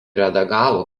redagavo